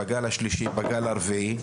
בגל השלישי ובגל הרביעי,